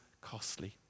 costly